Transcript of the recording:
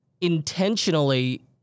intentionally